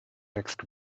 next